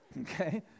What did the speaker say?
Okay